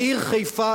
בעיר חיפה,